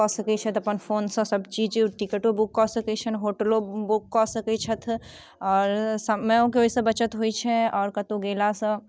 कऽ सकै छथि अपन फोन सँ सभचीज टिकटो बुकिंग कऽ सकै छनि होटलो बुक कऽ सकै छथि आओर समयो के ओहिसँ बचत होइ छै आओर कतौ गेलासँ